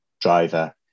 driver